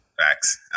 Facts